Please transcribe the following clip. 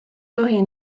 tohi